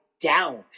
down